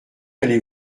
allez